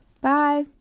Bye